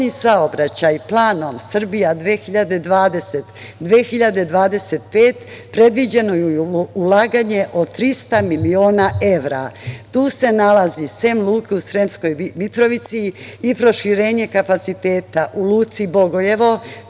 vodni saobraćaj planom Srbija 2020-2025. predviđeno je ulaganje od 300 miliona evra. Tu se nalazi sem luke u Sremskoj Mitrovici i proširenje kapaciteta u Luci Bogojevo,